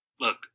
look